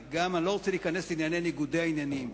ואני לא רוצה להיכנס לענייני ניגודי העניינים.